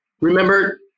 remember